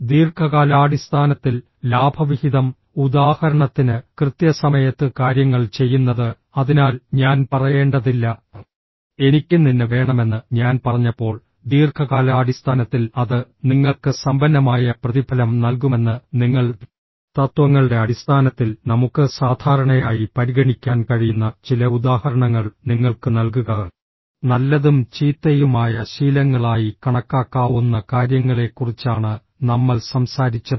ദീർഘകാലാടിസ്ഥാനത്തിൽ ലാഭവിഹിതം ഉദാഹരണത്തിന് കൃത്യസമയത്ത് കാര്യങ്ങൾ ചെയ്യുന്നത് അതിനാൽ ഞാൻ പറയേണ്ടതില്ല എനിക്ക് നിന്നെ വേണമെന്ന് ഞാൻ പറഞ്ഞപ്പോൾ ദീർഘകാലാടിസ്ഥാനത്തിൽ അത് നിങ്ങൾക്ക് സമ്പന്നമായ പ്രതിഫലം നൽകുമെന്ന് നിങ്ങൾ തത്വങ്ങളുടെ അടിസ്ഥാനത്തിൽ നമുക്ക് സാധാരണയായി പരിഗണിക്കാൻ കഴിയുന്ന ചില ഉദാഹരണങ്ങൾ നിങ്ങൾക്ക് നൽകുക നല്ലതും ചീത്തയുമായ ശീലങ്ങളായി കണക്കാക്കാവുന്ന കാര്യങ്ങളെക്കുറിച്ചാണ് നമ്മൾ സംസാരിച്ചത്